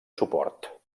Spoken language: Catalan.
suport